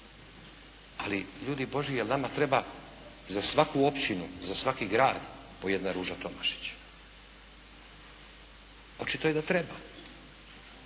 Ali ljudi Božji, jel' vama treba za svaku općinu, za svaki grad po jedna Ruža Tomašić? Očito je da treba.